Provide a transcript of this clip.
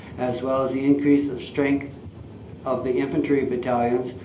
as well as the increase of strength of the infantry battalions,